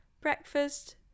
breakfast